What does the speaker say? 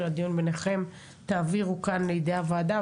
הדיון ביניכם תעבירו כאן לידי הוועדה,